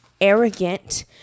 arrogant